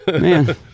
Man